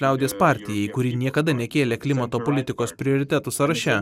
liaudies partijai kuri niekada nekėlė klimato politikos prioritetų sąraše